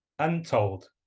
untold